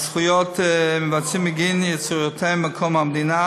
הגנה על זכויות מבצעים בגין יצירותיהם מקום המדינה),